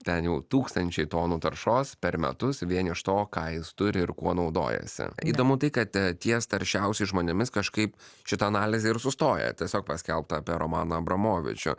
ten jau tūkstančiai tonų taršos per metus vien iš to ką jis turi ir kuo naudojasi įdomu tai kad ties taršiausiais žmonėmis kažkaip šita analizė ir sustoja tiesiog paskelbta apie romaną abramovičių